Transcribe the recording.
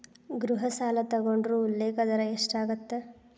ಗೃಹ ಸಾಲ ತೊಗೊಂಡ್ರ ಉಲ್ಲೇಖ ದರ ಎಷ್ಟಾಗತ್ತ